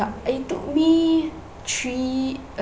it took me three uh